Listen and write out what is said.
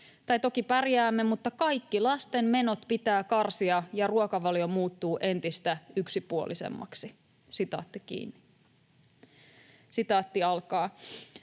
Tai toki pärjäämme, mutta kaikki lasten menot pitää karsia, ja ruokavalio muuttuu entistä yksipuolisemmaksi.” ”Asumistuen leikkaus